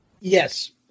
Yes